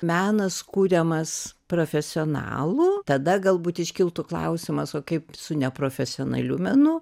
menas kuriamas profesionalų tada galbūt iškiltų klausimas o kaip su neprofesionaliu menu